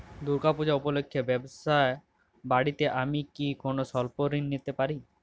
দূর্গা পূজা উপলক্ষে ব্যবসা বাড়াতে আমি কি কোনো স্বল্প ঋণ পেতে পারি?